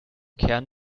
kern